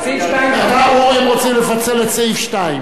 הם רוצים לפצל את סעיף 2. כן,